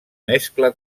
mescla